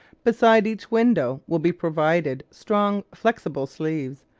beside each window will be provided strong flexible sleeves,